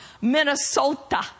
Minnesota